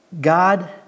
God